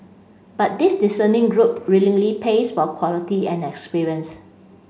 but this discerning group willingly pays for quality and experience